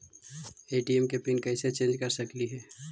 ATM के pin कैसे change कर सकली ही?